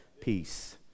peace